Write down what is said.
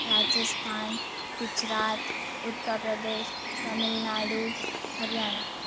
Rajasthan Gujarat Uttar Pradesh Tamil Nadu Haryana